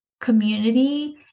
community